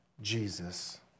Jesus